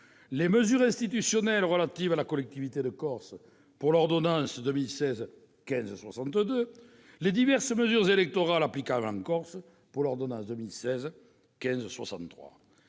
les mesures institutionnelles relatives à la collectivité de Corse, au travers de l'ordonnance n° 2016-1562, et les diverses mesures électorales applicables en Corse, avec l'ordonnance n° 2016-1563.